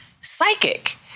psychic